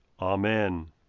amen